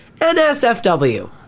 NSFW